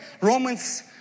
Romans